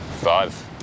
Five